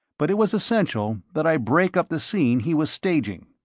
but it was essential that i break up the scene he was staging.